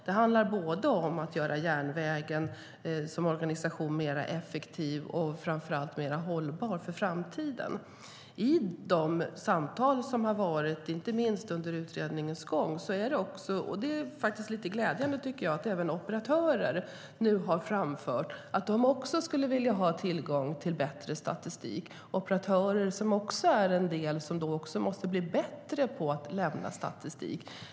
Det handlar om att göra järnvägen som organisation både mer effektiv och framför allt mer hållbar för framtiden. I de samtal som har förts, inte minst under utredningens gång, har även operatörer nu framfört att de också skulle vilja ha tillgång till bättre statistik. Jag tycker att det är glädjande. Operatörerna måste också bli bättre på att lämna statistik.